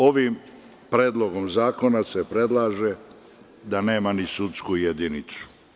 Ovim predlogom zakona se predlaže da nema ni sudsku jedinicu.